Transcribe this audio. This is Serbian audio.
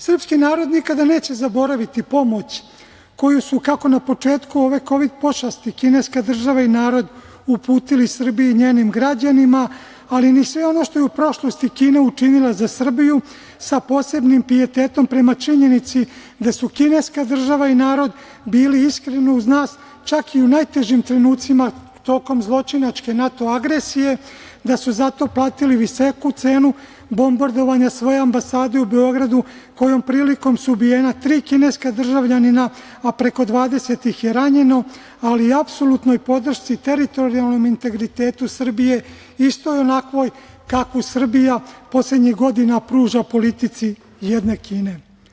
Srpski narod nikada neće zaboraviti pomoć koju su, kako na početku ove kovid pošasti, kineska država i narod uputili Srbiji i njenim građanima, ali ni sve ono što je u prošlosti Kina učinila za Srbiju sa posebnim pijetetom prema činjenici da su kineska država i narod bili iskreno uz nas, čak i u najtežim trenucima, tokom zločinačke NATO agresije, da su za to platili visoku cenu, bombardovanja svoje ambasade u Beogradu, kojom prilikom su ubijena tri kineska državljanina, a preko 20 ih je ranjeno, ali apsolutnoj podršci teritorijalnom integritetu Srbije istoj onakvoj kakvu Srbija poslednjih godina pruža politici jedne Kine.